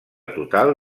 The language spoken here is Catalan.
total